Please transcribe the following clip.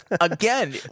Again